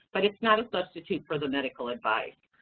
but it's not a substitute for the medical advice.